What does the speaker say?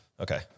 Okay